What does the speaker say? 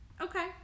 Okay